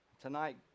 Tonight